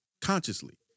Consciously